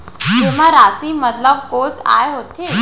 जेमा राशि मतलब कोस आय होथे?